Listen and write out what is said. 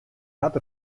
hat